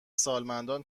سالمندان